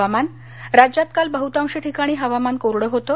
हवामान राज्यात काल बह्तांश ठिकाणी हवामान कोरडं होतं